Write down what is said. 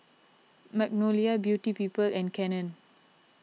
Magnolia Beauty People and Canon